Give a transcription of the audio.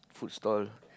food stall